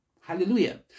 Hallelujah